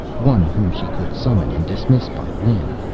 one whom she could summon and dismiss by whim.